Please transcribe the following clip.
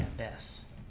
s